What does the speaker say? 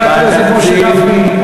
איזה אמון?